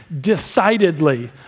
decidedly